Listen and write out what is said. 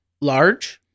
large